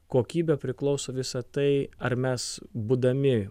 kokybė priklauso visa tai ar mes būdami